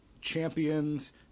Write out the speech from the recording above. champions